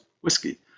whiskey